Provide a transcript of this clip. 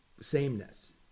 sameness